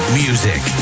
music